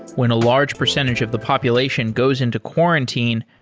when a large percentage of the population goes into quarantine,